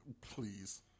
Please